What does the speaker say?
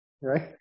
right